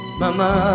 mama